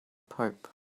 pope